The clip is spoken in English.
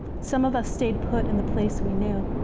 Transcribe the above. some of us stayed put in the place we knew,